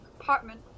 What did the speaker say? apartment